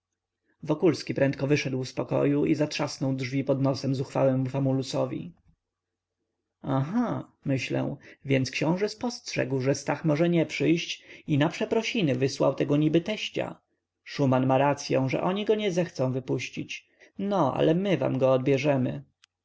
prosił wokulski prędko wyszedł z pokoju i zatrzasnął drzwi pod nosem zuchwałemu famulusowi aha myślę więc książe spostrzegł że stach może nie przyjść i na przeprosiny wysłał tego niby teścia szuman ma racyą że oni go nie zechcą wypuścić no ale my wam go odbierzemy